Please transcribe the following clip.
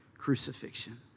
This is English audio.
crucifixion